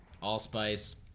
allspice